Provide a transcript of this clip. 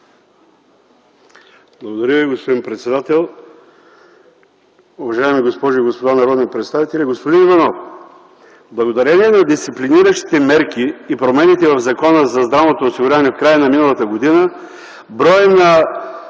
Благодаря Ви, господин председател. Уважаеми госпожи и господа народни представители! Господин Иванов, благодарение на дисциплиниращите мерки и промените в Закона за здравното осигуряване в края на миналата година, броят на